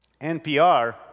NPR